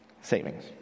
savings